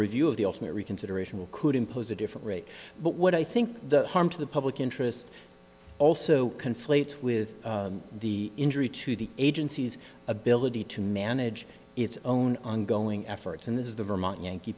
review of the ultimate reconsideration will could impose a different rate but what i think the harm to the public interest also conflates with the injury to the agency's ability to manage its own ongoing efforts and this is the vermont yankee